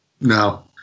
no